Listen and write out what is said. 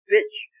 Bitch